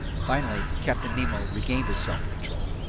finally captain nemo regained his self-control.